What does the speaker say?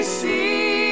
see